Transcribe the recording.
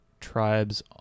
tribes